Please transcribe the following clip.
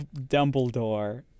dumbledore